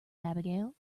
abigail